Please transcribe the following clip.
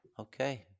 Okay